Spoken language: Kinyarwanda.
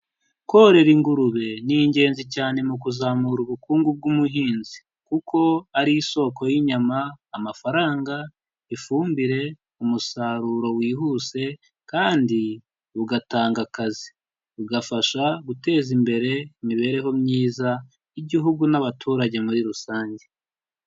Korora ingurube ni ingenzi cyane mu kuzamura ubukungu bw'umuhinzi kuko ari isoko y'inyama, amafaranga, ifumbire, umusaruro wihuse kandi bugatanga akazi, bugafasha guteza imbere imibereho myiza y'Igihugu n'abaturage muri rusange.